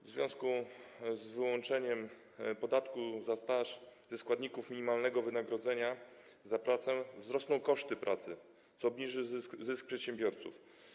W związku z wyłączeniem dodatku za staż ze składników minimalnego wynagrodzenia za pracę wzrosną koszty pracy, co obniży zysk przedsiębiorców.